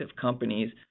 companies